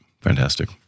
Fantastic